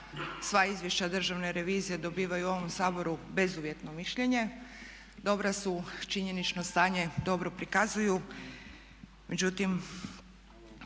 sva izvješća državne revizije dobivaju u ovom Saboru bezuvjetno mišljenje. Dobra su, činjenično stanje dobro prikazuju